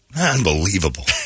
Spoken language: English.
unbelievable